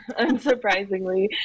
unsurprisingly